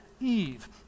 Eve